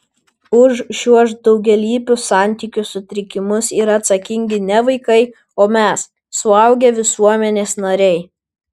už šiuos daugialypius santykių sutrikimus yra atsakingi ne vaikai o mes suaugę visuomenės nariai